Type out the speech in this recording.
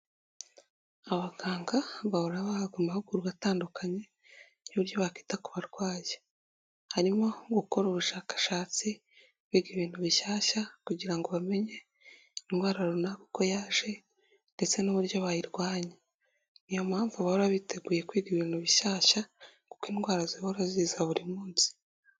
Abaganga bahora bahabwa amahugurwa atandukanye y'uburyo bakita ku barwayi, harimo gukora ubushakashatsi biga ibintu bishyashya, kugira ngo bamenye indwara runaka uko yaje ndetse n'uburyo bayirwanya, niyo mpamvu bahora biteguye kwiga ibintu bishyashya kuko indwara zihora ziza buri munsi..